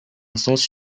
sens